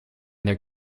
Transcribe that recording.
their